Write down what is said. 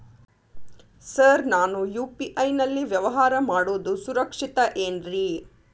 Sir ನಾನು UPI ನಲ್ಲಿ ವ್ಯವಹಾರ ಮಾಡೋದು ಸುರಕ್ಷಿತ ಏನ್ರಿ?